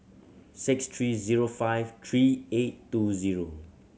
six three zero five three eight two zero